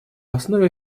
основе